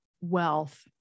wealth